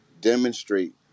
demonstrate